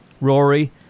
Rory